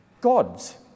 gods